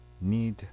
need